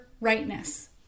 rightness